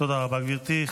תודה רבה, גברתי.